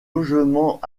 logement